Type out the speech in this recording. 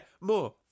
more